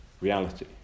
reality